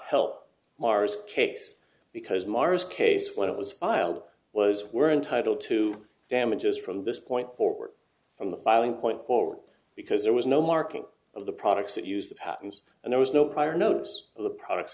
tell mars case because mars case when it was filed was we're entitled to damages from this point forward from the filing point forward because there was no marking of the products that use the patents and there was no prior notice of the products